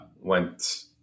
went